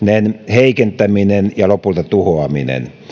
heikentäminen ja lopulta tuhoaminen